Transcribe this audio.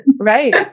Right